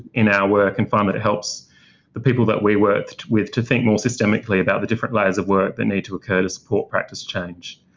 in our work, and find that it helps the people that we worked with to think more systemically about the different layers of work that need to occur to support practice change.